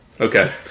Okay